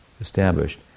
established